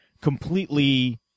completely